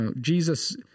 Jesus